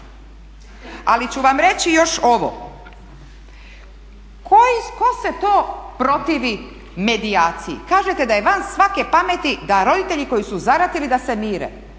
Ali ću vam reći i još ovo. Tko se to protivi medijaciji? Kažete da je van svake pameti da roditelji koji su zaratili da se mire.